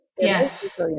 Yes